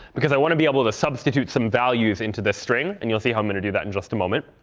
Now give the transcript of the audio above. because i want to be able to substitute some values into this string. and you'll see how i'm going to do that in just a moment.